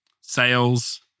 Sales